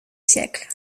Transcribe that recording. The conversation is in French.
siècle